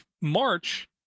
March